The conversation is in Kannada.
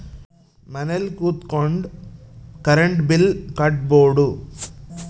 ಮನೆಲ್ ಕುತ್ಕೊಂಡ್ ಕರೆಂಟ್ ಬಿಲ್ ಕಟ್ಬೊಡು